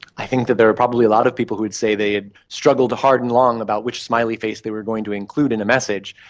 i think that there are probably a lot of people who would say they have struggled hard and long about which smiley face they were going to include in a message.